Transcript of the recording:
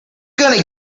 gonna